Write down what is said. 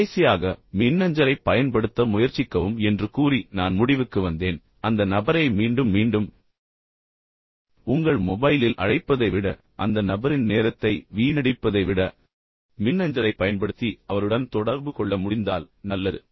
கடைசியாக மின்னஞ்சலைப் பயன்படுத்த முயற்சிக்கவும் என்று கூறி நான் முடிவுக்கு வந்தேன் பயன்படுத்தி அந்த நபரை மீண்டும் மீண்டும் உங்கள் மொபைலைப் அழைப்பதை விட அந்த நபரின் நேரத்தை வீணடிப்பதை விட மின்னஞ்சலைப் பயன்படுத்தி அவருடன் தொடர்பு கொள்ள முடிந்தால் நல்லது